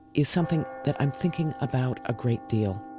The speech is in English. is something that i'm thinking about a great deal.